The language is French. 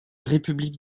république